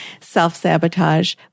self-sabotage